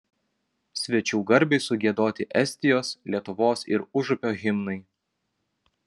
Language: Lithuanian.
svečių garbei sugiedoti estijos lietuvos ir užupio himnai